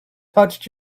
touched